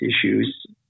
issues